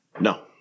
No